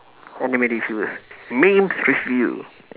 anime reviewers memes review